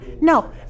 No